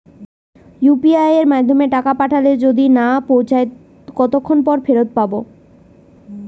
UPI য়ের মাধ্যমে টাকা পাঠালে যদি না পৌছায় কতক্ষন পর ফেরত হবে?